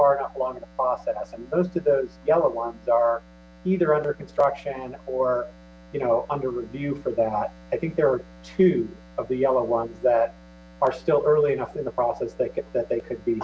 those yellow ones either under construction or you know under review for that i think there were two of the yellow ones that are still early enough in the process that they could be